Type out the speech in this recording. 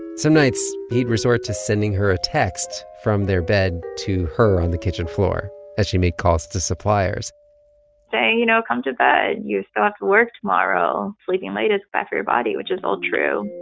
some nights, he'd resort to sending her a text from their bed to her on the kitchen floor as she made calls to suppliers saying, you know, come to bed. you still have to work tomorrow. sleeping late is bad for your body, which is all true.